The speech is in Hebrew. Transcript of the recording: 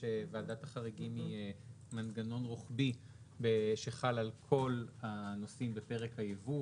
שוועדת החריגים היא מנגנון רוחבי שחל על כל הנושאים בפרק היבוא